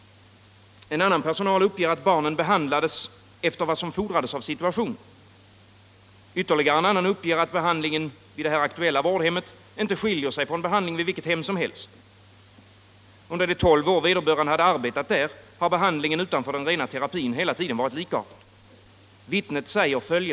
En annan ur personalen uppger att barnen behandlades efter vad som fordrades av situationen. Ytterligare en annan uppger att behandlingen vid det aktuella vårdhemmet inte skiljer sig från behandlingen vid vilket hem som helst. Under de tolv år vederbörande arbetat där har behandlingen utanför den rena terapin hela tiden varit likartad.